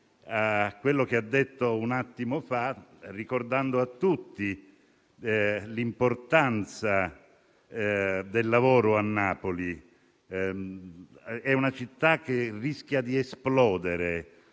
a quanto ha detto poc'anzi ricordando a tutti l'importanza del lavoro a Napoli: una città che rischia di esplodere